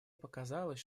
показалось